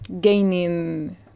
gaining